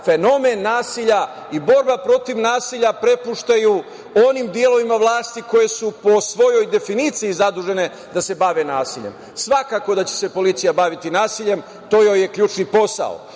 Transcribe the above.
fenomen nasilja i borba protiv nasilja prepuštaju onim delovima vlasti koje su po svojoj definiciji zadužene za da se bave nasiljem. Svako da će se policija baviti nasiljem, to joj je ključni posao.